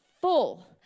full